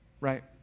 Right